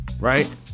Right